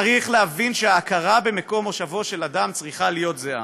צריך להבין שההכרה במקום מושבו של אדם צריכה להיות זהה,